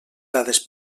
dades